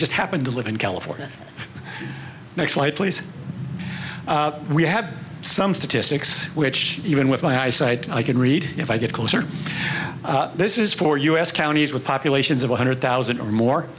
just happen to live in california next light please we have some statistics which even with my eyesight i can read if i get closer this is for us counties with populations of one hundred thousand or more